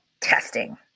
testing